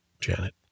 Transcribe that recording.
Janet